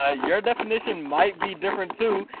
ah your definition might be different too.